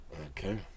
Okay